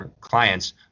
clients